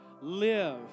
live